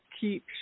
keep